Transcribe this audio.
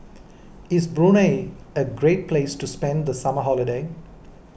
is Brunei a great place to spend the summer holiday